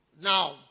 Now